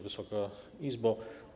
Wysoka Izbo!